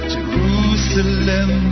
Jerusalem